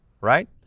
right